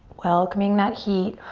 welcoming that heat.